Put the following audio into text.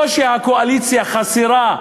לא שהקואליציה חסרה,